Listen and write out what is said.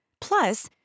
Plus